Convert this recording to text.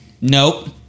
nope